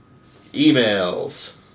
emails